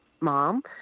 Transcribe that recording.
mom